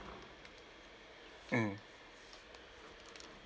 mm